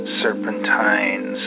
serpentine